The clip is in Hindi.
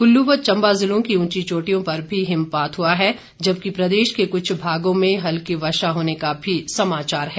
कुल्लू व चंबा ज़िले की ऊंची चोटियों पर भी हिमपात हुआ है जबकि प्रदेश के कुछ भागों में हल्की वर्षा होने का भी समाचार है